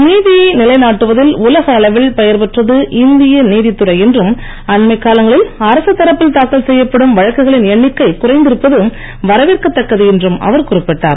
நீதியை நிலை நாட்டுவதில் உலக அளவில் பெயர் பெற்றது இந்திய நீதித்துறை என்றும் அண்மைக் காலங்களில் அரக தரப்பில் தாக்கல் செய்யப்படும் வழக்குகளின் எண்ணிக்கை குறைந்திருப்பது வரவேற்கதக்கது என்றும் அவர் குறிப்பிட்டார்